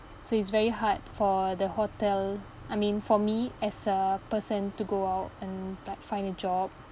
so it's very hard for the hotel I mean for me as a person to go out and like find a job